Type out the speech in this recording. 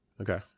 Okay